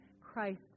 Christ